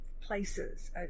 places